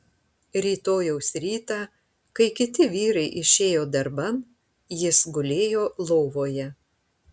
rytojaus rytą kai kiti vyrai išėjo darban jis gulėjo lovoje